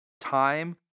time